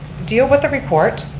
deal with the report.